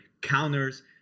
Counters